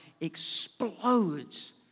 explodes